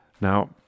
Now